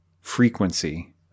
frequency